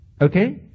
Okay